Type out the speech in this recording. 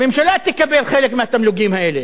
הממשלה תקבל חלק מהתמלוגים האלה.